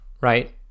right